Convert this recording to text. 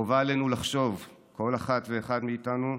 חובה עלינו לחשוב, כל אחת ואחד מאיתנו,